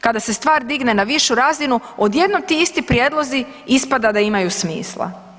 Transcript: Kada se stvar digne na višu razinu, odjednom ti isti prijedlozi ispada da imaju smisla.